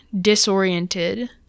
disoriented